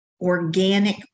organic